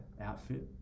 outfit